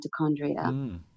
mitochondria